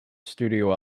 studio